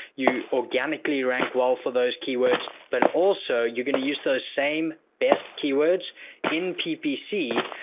you organically rank well for those keywords, but also you're going to use those same best keywords in ppc,